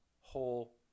whole